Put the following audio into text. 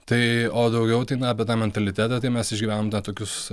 tai o daugiau tai na apie tą mentalitetą tai mes išgyvenam da tokius